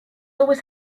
always